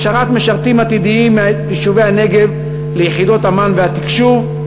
הכשרת משרתים עתידיים מיישובי הנגב ליחידות אמ"ן והתקשוב,